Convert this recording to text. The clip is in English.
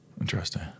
Interesting